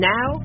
Now